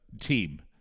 team